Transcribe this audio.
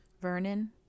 Vernon